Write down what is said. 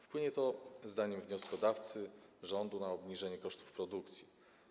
Wpłynie to, zdaniem wnioskodawcy, rządu, na obniżenie kosztów produkcji.